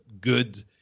good